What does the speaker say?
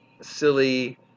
silly